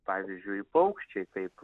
pavyzdžiui paukščiai kaip